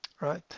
right